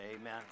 amen